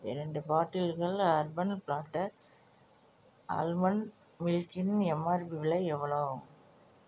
இரண்டு பாட்டில்கள் urban platter almond மில்க்கின் எம்ஆர்பி விலை எவ்வளோவு